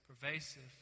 pervasive